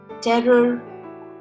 terror